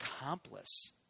accomplice